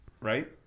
Right